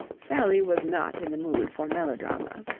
sally was not in the mood for melodrama.